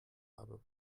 habe